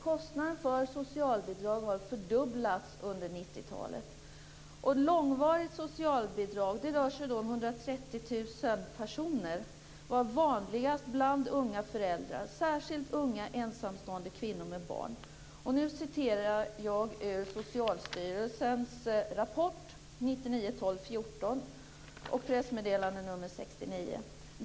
Kostnaden för socialbidrag har fördubblats under 1990-talet. Långvarigt socialbidrag - det rör sig om 130 000 personer - är vanligast bland unga föräldrar, särskilt unga ensamstående kvinnor med barn; nu läser jag ur Socialstyrelsens rapport den 14 december 1999 och ur pressmeddelande nr 69.